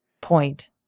point